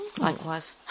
Likewise